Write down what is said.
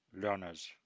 learners